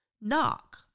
knock